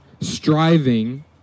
striving